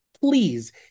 please